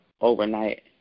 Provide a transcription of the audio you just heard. overnight